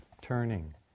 turning